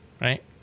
Right